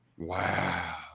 wow